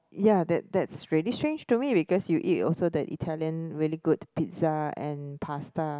ya that that's really strange to me because you eat also the Italian really good pizza and pasta